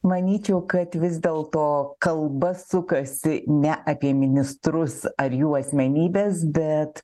manyčiau kad vis dėlto kalba sukasi ne apie ministrus ar jų asmenybes bet